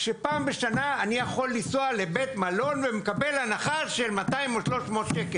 שפעם בשנה אני יכול לנסוע לבית מלון ואני מקבל הנחה של 200 או 300 ₪,